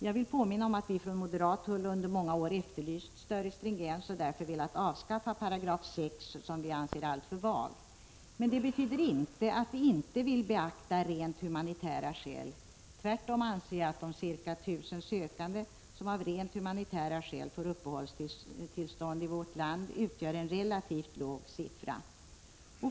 Jag vill påminna om att vi från moderat håll under många år efterlyst större stringens och därför velat avskaffa 6 § som vi anser vara alltför vag. Det betyder inte att vi inte vill beakta rent humanitära skäl. Tvärtom anser jag att de ca 1 000 sökande som av rent humanitära skäl fått uppehållstillstånd i vårt land utgör en relativt liten grupp.